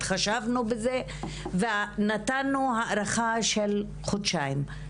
התחשבנו בזה ונתנו הארכה של חודשיים.